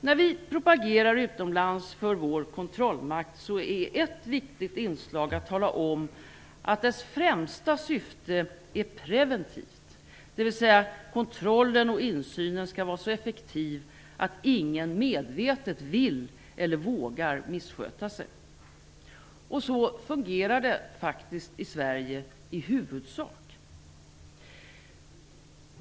När vi propagerar utomlands för vår kontrollmakt är ett viktigt inslag att tala om att dess främsta syfte är preventivt, dvs. kontrollen och insynen skall vara så effektiv att ingen medvetet vill eller vågar missköta sig. Så fungerar det faktiskt i Sverige i huvudsak.